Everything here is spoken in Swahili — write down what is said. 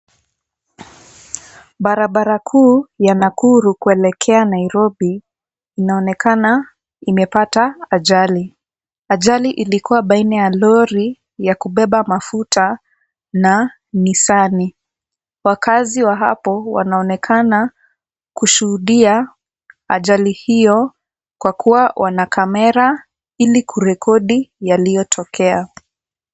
Barabara kuu ya Nakuru kuelekea Nairobi inaonekana imepata ajali. Ajali ilikuwa baina ya lori ya kubeba mafuta na nisani. Wakaazi wa hapo wanaonekana kushuhudia ajali hiyo kwa kuwa wana kamera ili kurekodi yaliyotokea.